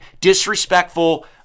disrespectful